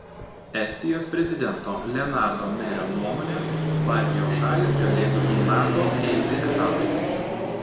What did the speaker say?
estijos prezidento lenardo merio nuomone baltijos šalys galėtų į nato eiti etapais